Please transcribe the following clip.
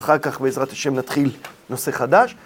אחר כך בעזרת השם נתחיל נושא חדש.